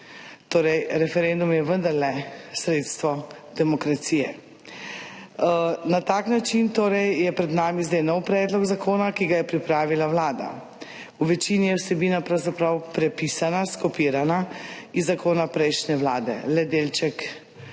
Referendum je vendarle sredstvo demokracije. Na ta način je pred nami zdaj nov predlog zakona, ki ga je pripravila Vlada. V večini je vsebina pravzaprav prepisana, skopirana iz zakona prejšnje vlade, le delček je